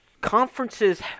conferences